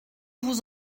vous